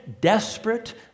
desperate